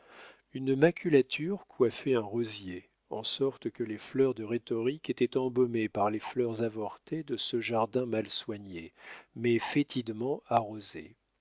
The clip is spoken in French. une maculature coiffait un rosier en sorte que les fleurs de rhétorique étaient embaumées par les fleurs avortées de ce jardin mal soigné mais fétidement arrosé